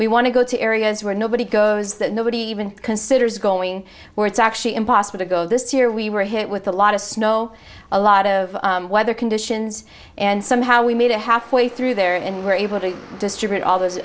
we want to go to areas where nobody goes that nobody even considers going where it's actually impossible to go this year we were hit with a lot of snow a lot of weather conditions and somehow we made it halfway through there and were able to distribute all those